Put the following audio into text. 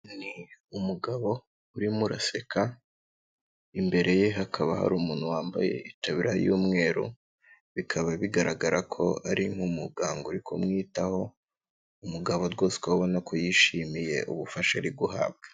Umugabo urimo uraseka imbere ye hakaba hari umuntu wambaye itaburiya y'umweru, bikaba bigaragara ko ari nk'umuganga uri kumwitaho, umugabo rwose ukaba ubona ko yishimiye ubufasha ari guhabwa.